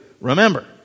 remember